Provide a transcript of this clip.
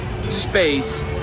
space